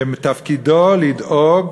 שמתפקידו לדאוג,